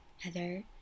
Heather